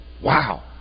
Wow